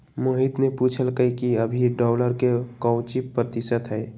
मोहित ने पूछल कई कि अभी डॉलर के काउची प्रतिशत है?